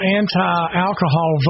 anti-alcohol